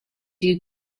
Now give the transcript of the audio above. you